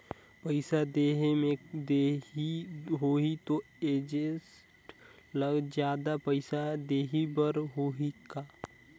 पइसा देहे मे देरी होही तो एजेंट ला जादा पइसा देही बर होही का?